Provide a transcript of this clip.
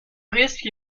risque